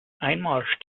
einmarsch